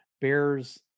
Bears